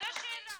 זאת השאלה.